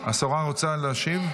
השרה רוצה להשיב?